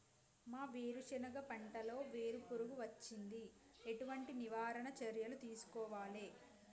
మా వేరుశెనగ పంటలలో వేరు పురుగు వచ్చింది? ఎటువంటి నివారణ చర్యలు తీసుకోవాలే?